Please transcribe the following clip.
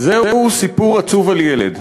"זהו סיפור עצוב על ילד,